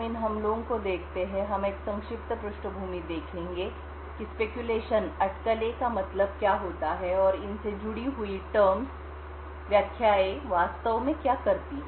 इन हमलों को देखते हैं हम एक संक्षिप्त पृष्ठभूमि देखेंगे कि स्पैक्यूलेशनअटकलें का मतलब क्या होता है और इनसे जुड़ी हुई terms व्याख्या वास्तव में क्या करती हैं